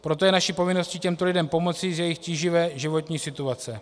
Proto je naší povinností těmto lidem pomoci z jejich tíživé životní situace.